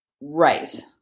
Right